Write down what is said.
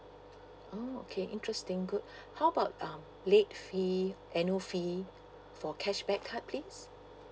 oh okay interesting good how about um late fee annual fee for cashback card please